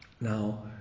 Now